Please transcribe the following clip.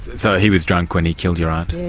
so he was drunk when he killed your aunt?